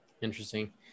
Interesting